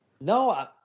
No